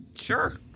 Sure